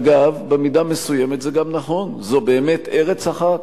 אגב, במידה מסוימת זה גם נכון, זו באמת ארץ אחת,